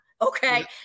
Okay